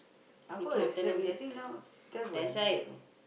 Appa have slept already I think now Steph will have bring back no